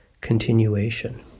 continuation